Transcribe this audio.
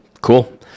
Cool